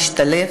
בתרבויות שונות,